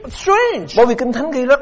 strange